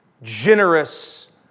generous